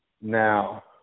now